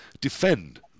defend